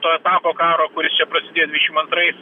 to etapo karo kuris čia prasidėjo dvidešim antrais